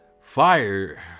fire